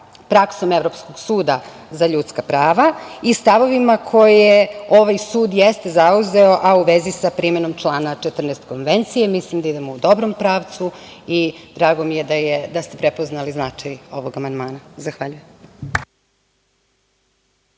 praksom Evropskog suda za ljudska prava i stavovima koje ovaj sud jeste zauzeo, a u vezi sa primenom člana 14. konvencije. Mislim da idemo u dobrom pravcu i drago mi je da ste prepoznali značaj ovog amandmana. Zahvaljujem.